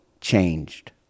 changed